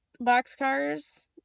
boxcars